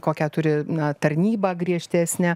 kokią turi na tarnybą griežtesnę